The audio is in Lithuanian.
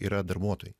yra darbuotojai